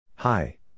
Hi